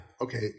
okay